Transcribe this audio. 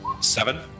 Seven